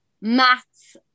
maths